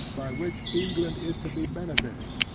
by which england is to be benefited,